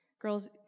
girls